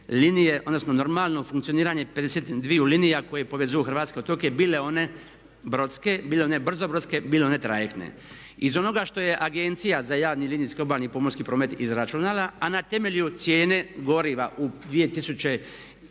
odnosno normalno funkcioniranje 52 linije koje povezuju hrvatske otoke bile one brodske, bile one brzobrodske bile one trajektne. Iz onoga što je agencija za javni linijski obalni pomorski promet izračunala a na temelju cijene goriva u 2015.